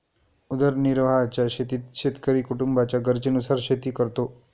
उदरनिर्वाहाच्या शेतीत शेतकरी कुटुंबाच्या गरजेनुसार शेती करतो